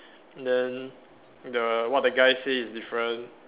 then the what the guy say is different